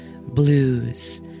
blues